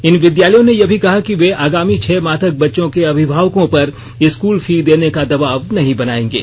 इन विद्यालयों ने यह भी कहा है कि वे आगामी छह माह तक बच्चों के अभिभावकों पर स्कूल फी देने का दबाव नहीं बनाएंगे